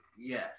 Yes